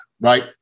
right